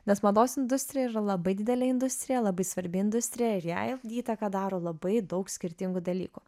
nes mados industrija yra labai didelė industrija labai svarbi industrija ir jai įtaką daro labai daug skirtingų dalykų